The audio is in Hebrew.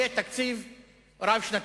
יהיה תקציב רב-שנתי,